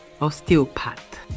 osteopath